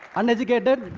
uneducated,